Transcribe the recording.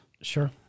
Sure